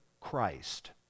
Christ